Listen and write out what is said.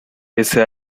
ese